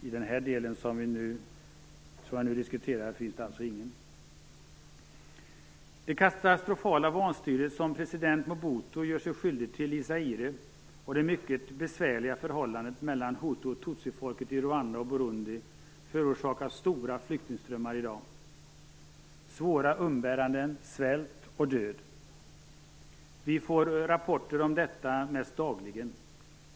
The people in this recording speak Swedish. I den del som jag nu talar om finns det alltså ingen. Det katastrofala vanstyre som president Mobutu gör sig skyldig till i Zaire och det mycket besvärliga förhållandet mellan hutu och tutsiefolken i Rwanda och Burundi förorsakar i dag stora flyktingströmmar, svåra umbäranden, svält och död. Vi får rapporter om detta mest dagligen.